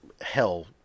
hell